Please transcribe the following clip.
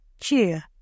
cheer